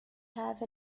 have